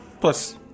Plus